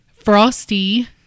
frosty